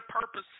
purpose